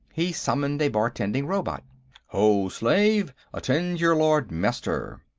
he summoned a bartending robot ho, slave! attend your lord-master!